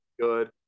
good